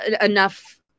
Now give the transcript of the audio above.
enough